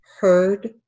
heard